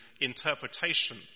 interpretation